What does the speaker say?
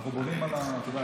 אנחנו בונים על האינרציה.